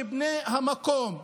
להכיר בבני המקום,